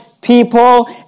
people